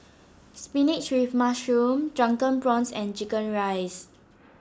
Spinach with Mushroom Drunken Prawns and Chicken Rice